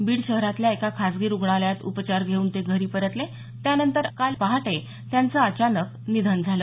बीड शहरातल्या एका खासगी रुग्णालयात उपचार घेऊन ते घरी परतले त्यानंतर काल पहाटे त्यांचं अचानक निधन झालं